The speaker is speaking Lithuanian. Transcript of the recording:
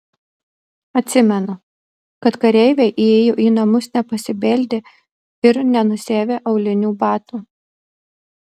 atsimenu kad kareiviai įėjo į namus nepasibeldę ir nenusiavę aulinių batų